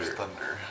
thunder